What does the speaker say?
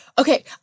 okay